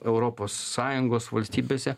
europos sąjungos valstybėse